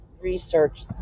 research